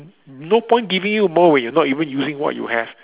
no point giving you more when you are not even using what you have